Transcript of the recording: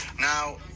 Now